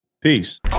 Peace